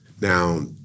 Now